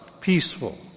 Peaceful